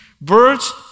birds